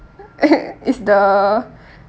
is the